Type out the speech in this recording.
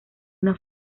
una